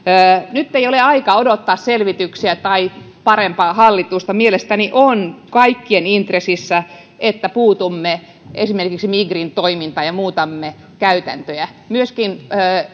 nyt ei ole aikaa odottaa selvityksiä tai parempaa hallitusta mielestäni on kaikkien intressissä että puutumme esimerkiksi migrin toimintaan ja muutamme käytäntöjä myöskin